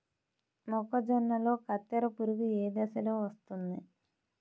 మొక్కజొన్నలో కత్తెర పురుగు ఏ దశలో వస్తుంది?